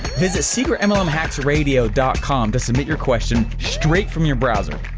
visit secretmlmhacksradio dot com to submit your question, straight from your browser.